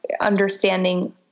understanding